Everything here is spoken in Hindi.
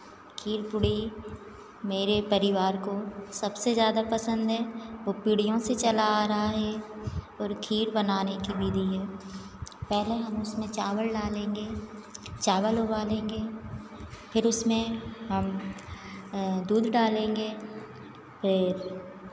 खीर पूड़ी मेरे परिवार को सबसे ज़्यादा पसंद है वो पीढ़ियों से चला आ रहा हे और खीर बनाने की विधि है पहले हम उसमें चावल डालेंगे चावल उबालेंगे फिर उसमें हम दूध डालेंगे फिर